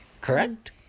correct